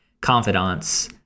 Confidants